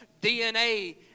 DNA